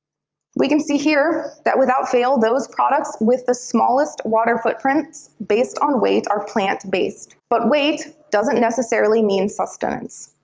we can see here that, without fail, those products with the smallest water footprints based on weight are plant-based. but weight doesn't necessarily mean sustenance.